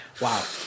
wow